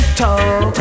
talk